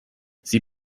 sie